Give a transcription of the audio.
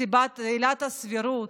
עילת הסבירות.